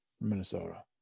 Minnesota